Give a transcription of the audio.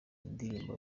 ndirimbo